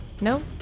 No